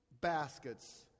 baskets